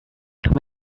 come